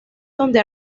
donde